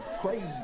crazy